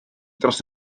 dros